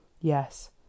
Yes